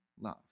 love